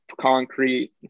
concrete